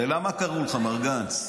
הרי למה קראו לך, מר גנץ?